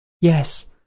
Yes